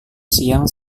siang